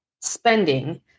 spending